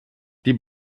die